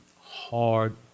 hard